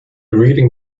reading